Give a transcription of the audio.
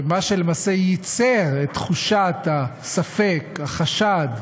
ומה שלמעשה ייצר את תחושת הספק, החשד,